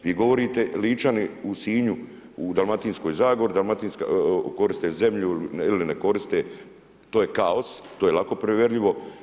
Vi govorite Ličani u Sinju u Dalmatinskoj zagori koriste zemlju ili ne koriste, to je kaos, to je lako provjerljivo.